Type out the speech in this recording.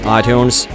iTunes